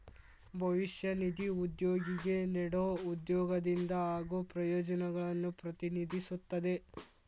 ಭವಿಷ್ಯ ನಿಧಿ ಉದ್ಯೋಗಿಗೆ ನೇಡೊ ಉದ್ಯೋಗದಿಂದ ಆಗೋ ಪ್ರಯೋಜನಗಳನ್ನು ಪ್ರತಿನಿಧಿಸುತ್ತದೆ